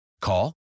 Call